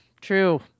true